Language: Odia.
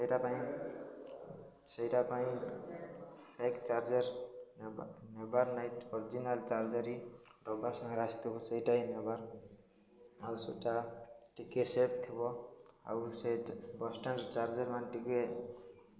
ସେଇଟା ପାଇଁ ସେଇଟା ପାଇଁ ଏକ୍ ଚାର୍ଜର ନେବାର ନାଇଁ ଅରିଜିନାଲ ଚାର୍ଜର ହିଁ ଡବା ସାଙ୍ଗରେ ଆସିଥିବ ସେଇଟା ହିଁ ନେବାର୍ ଆଉ ସେଟା ଟିକେ ସେଫ୍ ଥିବ ଆଉ ସେ ବସ୍ଷ୍ଟାଣ୍ଡ୍ର ଚାର୍ଜର ମାନେ ଟିକେ